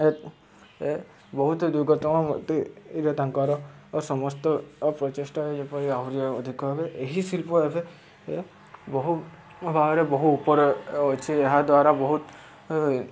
ଏ ବହୁତ ତାଙ୍କର ସମସ୍ତ ପ୍ରଚେଷ୍ଟା ଯେପରି ଆହୁରି ଅଧିକ ହେବେ ଏହି ଶିଳ୍ପ ଏବେ ବହୁ ଭାବରେ ବହୁ ଉପରେ ଅଛି ଏହାଦ୍ୱାରା ବହୁତ